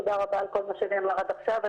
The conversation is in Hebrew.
תודה רבה על כל מה שנאמר עד עכשיו.